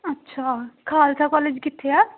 ਅੱਛਾ ਖਾਲਸਾ ਕਾਲਜ ਕਿੱਥੇ ਆ